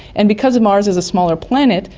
and because mars is a smaller planet,